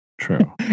True